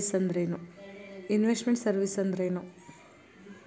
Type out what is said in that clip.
Invest made services ಅಂದ್ರೇನು?